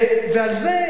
ועל זה,